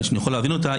ואני יכול להבין אותה,